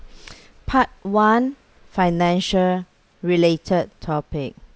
part one financial related topic